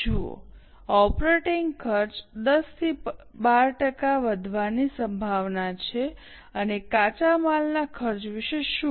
જુઓ ઓપરેટીંગ ખર્ચ 10 થી 12 ટકા વધવાની સંભાવના છે અને કાચા માલના ખર્ચ વિશે શું